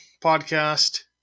podcast